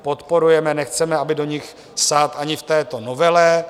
Podporujeme je, nechceme, aby do nich sahat ani v této novele.